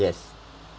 yes